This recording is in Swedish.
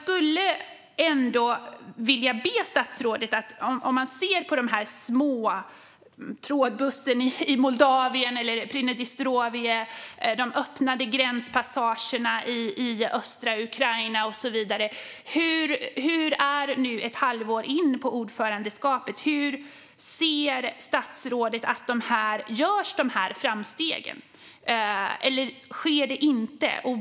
Om man ser på de här små framstegen, som trådbussen i Moldavien, eller Pridnestrovje, de öppnade gränspassagerna i östra Ukraina och så vidare, hur är det nu ett halvår in på ordförandeskapet? Ser statsrådet att de här framstegen sker, eller sker de inte?